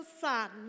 son